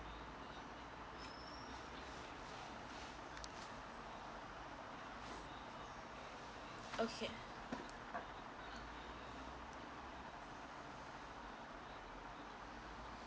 okay